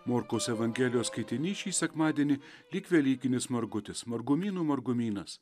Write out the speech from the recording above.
morkaus evangelijos skaitinys šį sekmadienį lyg velykinis margutis margumynų margumynas